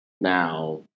now